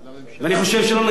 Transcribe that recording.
אני מקווה שלא נגיע למצב הזה.